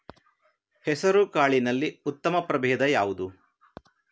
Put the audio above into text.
ಹೆಸರುಕಾಳಿನಲ್ಲಿ ಉತ್ತಮ ಪ್ರಭೇಧ ಯಾವುದು?